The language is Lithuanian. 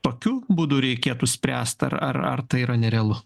tokiu būdu reikėtų spręst ar ar ar tai yra nerealu